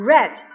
Red